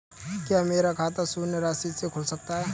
क्या मेरा खाता शून्य राशि से खुल सकता है?